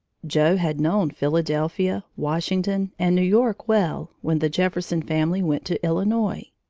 joe had known philadelphia, washington, and new york well when the jefferson family went to illinois.